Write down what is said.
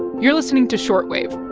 you're listening to short wave